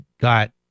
got